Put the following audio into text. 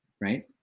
right